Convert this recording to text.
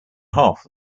half